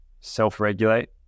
self-regulate